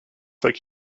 like